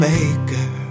Maker